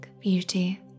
beauty